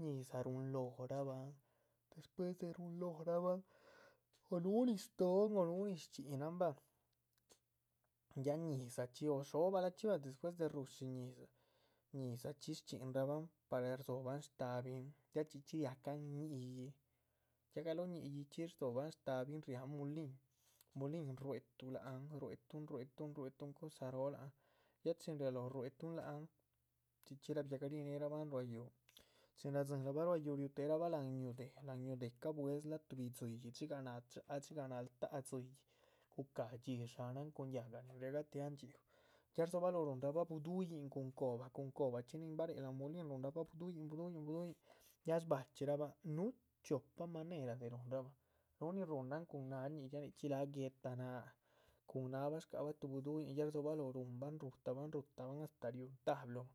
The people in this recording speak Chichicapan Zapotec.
Ñi´zah ruhun lórabah, despues de ruhun lórabahn o núhu nihn shtóhon o núh nin shcxínahan bah ya ñi´zah chxí o dhxóbahraachxi bah despues de ru´shi ñi´zah, ñi´zah. chxí shchxínrahbah para rdzobahn shtabihn ya chxí chxí riahcahan ñi´yic, ya ni´yichxí dzobahn shtahabin riáhan mulin mulin ruehetu lahan ruetuhun ruetuhun ruetuhun. cosa róo lác han ya chin rialóho ruetuhun lác han chxí chxí rabiahgarih néerabahn ruá yúhu, chin radzin rahba rupa yúhu riuteherabah láhan yúhu dé, láhan yúhu déh. cabueza´lah tuhbi dzíyih dzigah nadxáha dxigah naltáhc dzíyih gu´cah dxí dxánahan cun yáhga nin riagah tíah ndxhíu, ya rdzobaloho ruhunrahbah buduhuyih cun cóhba, cun cóhbachxi. nin barehe láhan mulin ruhubrabah buduhuyihn buduhuyihn, ya shbachxírabahn níhu chiopa manera de ruhunrabahn núh nin ruhunahn cun náhñi, nichxí láha guéhta náaha. cun náahabah shcaba tuhbi buduhuyihn ya rdzobahloh ruhunbahn rutabahn astáh riúhun tablu bahan